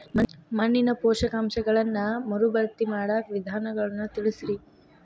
ಮಣ್ಣಿನ ಪೋಷಕಾಂಶಗಳನ್ನ ಮರುಭರ್ತಿ ಮಾಡಾಕ ವಿಧಾನಗಳನ್ನ ತಿಳಸ್ರಿ